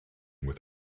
with